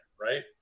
right